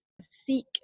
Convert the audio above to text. seek